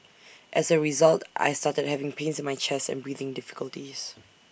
as A result I started having pains in my chest and breathing difficulties